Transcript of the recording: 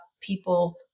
people